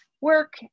work